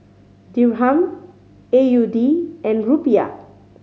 Dirham A U D and Rupiah